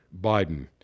Biden